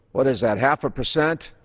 what is that, half a percent,